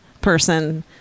person